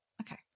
Okay